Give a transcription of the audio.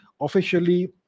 officially